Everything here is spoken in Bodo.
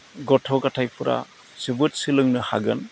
गथ' गथायफोरा जोबोद सोलोंनो हागोन